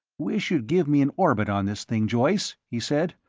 wish you'd give me an orbit on this thing, joyce, he said,